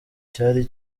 cyari